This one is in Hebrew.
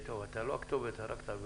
אתה לא הכתובת אבל אני אומר